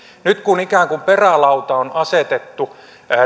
nyt kun ikään kuin perälauta on asetettu